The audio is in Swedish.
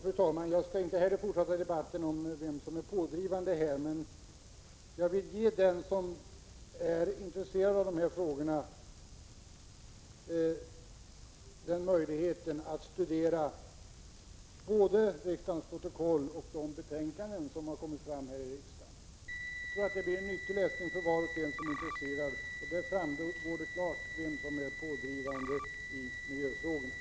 Fru talman! Inte heller jag skall fortsätta debatten om vem som är pådrivande, men jag vill hänvisa den som är intresserad av de här frågorna till möjligheten att studera både riksdagens protokoll och de betänkanden som har kommit fram här i riksdagen. Jag tror att det blir en nyttig läsning för var och en som är intresserad. Där framgår klart vem som är pådrivande i miljöfrågan.